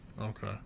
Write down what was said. Okay